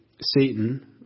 Satan